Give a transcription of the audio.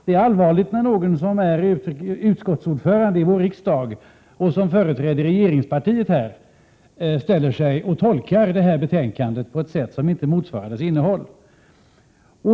Det är allvarligt när någon som är utskottsordförande i vår riksdag, och som företräder regeringspartiet, tolkar betänkandet på ett sätt som inte motsvarar dess innehåll.